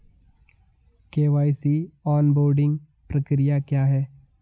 KYC onboarding प्रक्रिया क्या है?